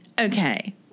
Okay